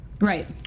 Right